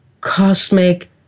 cosmic